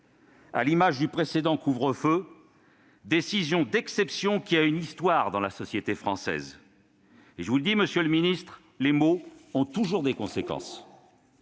à l'image du précédent couvre-feu, décision d'exception qui a une histoire dans la société française. Je vous le dis, monsieur le ministre, les mots ont toujours des conséquences